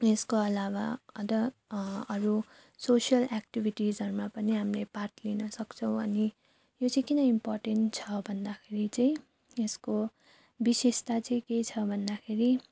यसको अलावा अदर अरू सोसियल एक्टिभिटिजहरूमा पनि हामीले पार्ट लिन सक्छौँ अनि यो चाहिँ किन इम्पोर्टेन्ट छ भन्दाखेरि चाहिँ यसको विशेषता चाहिँ के छ भन्दाखेरि